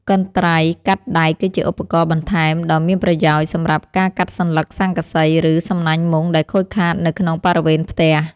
កន្ត្រៃកាត់ដែកក៏ជាឧបករណ៍បន្ថែមដ៏មានប្រយោជន៍ សម្រាប់ការកាត់សន្លឹកស័ង្កសី ឬសំណាញ់មុងដែលខូចខាតនៅក្នុងបរិវេណផ្ទះ។